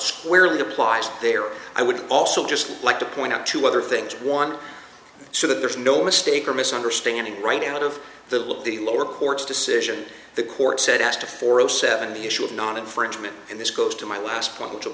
squarely applies there i would also just like to point out two other things one so that there's no mistake or misunderstanding right out of the will of the lower court's decision the court said as to four zero seven the issue of non infringement and this goes to my last point which will